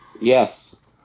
Yes